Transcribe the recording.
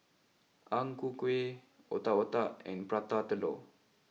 Ang Ku Kueh Otak Otak and Prata Telur